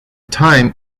time